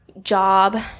job